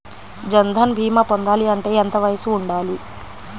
జన్ధన్ భీమా పొందాలి అంటే ఎంత వయసు ఉండాలి?